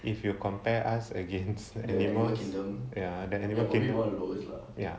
if you compare us against the animal kingdom ya the animal kingdom ya